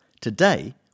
Today